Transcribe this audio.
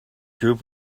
group